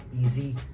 easy